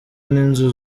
n’inzu